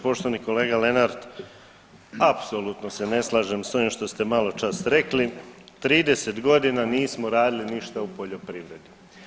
Poštovani kolega Lenart, apsolutno se ne slažem s ovim što ste maločas rekli, 30 godina nismo radili ništa u poljoprivredi.